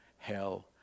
Hell